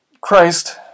Christ